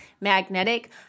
magnetic